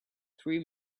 three